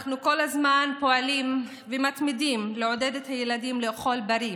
אנחנו כל הזמן פועלים ומתמידים בעידוד הילדים לאכול בריא,